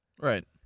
Right